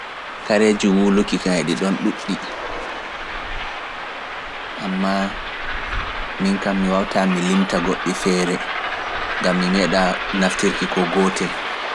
Kareeji wuluki kam e ɗi ɗon ɗuuɗɗi, ammaa min kam mi wawataa mi limta goɗɗi feere, gam mi meeɗa naftirki ko gootel.